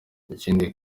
ikindi